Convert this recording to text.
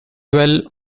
dwell